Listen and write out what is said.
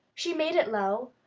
she made it low,